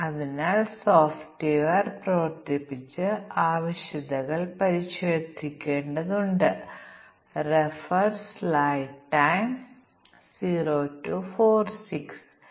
അതിനാൽ ഇതും ഇതും പരിഗണിച്ച് യാഥാസ്ഥിതികമായി 10 സാധ്യമായ മൂല്യങ്ങൾ ഇവിടെയുണ്ടെന്ന് കരുതുക ഇത് 1024 ആയി 1000 ആയി മാറുന്നു ഇത് ഏകദേശം ഒരു ദശലക്ഷം മൂല്യങ്ങളാണ്